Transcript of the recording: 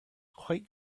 quite